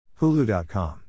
Hulu.com